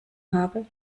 habe